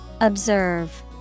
Observe